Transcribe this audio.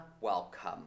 welcome